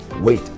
Wait